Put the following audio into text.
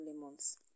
lemons